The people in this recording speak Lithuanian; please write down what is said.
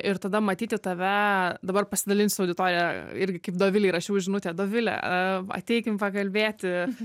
ir tada matyti tave dabar pasidalinsiu su auditorija irgi kaip dovilei rašiau žinutę dovile ateikim pakalbėti